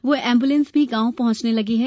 वही एंबुलेंस भी गांव पहचंने लगी है